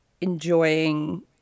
enjoying –